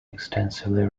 extensively